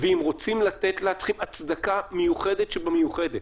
ואם רוצים לתת לה צריכים הצדקה מיוחדת שבמיוחדת.